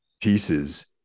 pieces –